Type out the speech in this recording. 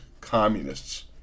communists